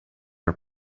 are